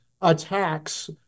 attacks